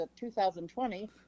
2020